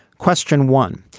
question one.